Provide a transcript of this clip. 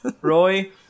Roy